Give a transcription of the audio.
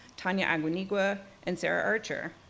tanya aguiniga, and sarah archer.